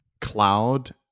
cloud